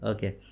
Okay